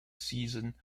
season